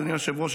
אדוני היושב-ראש,